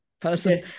person